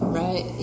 right